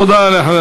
תודה לחבר